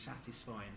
satisfying